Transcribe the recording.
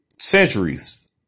centuries